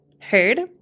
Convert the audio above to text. Heard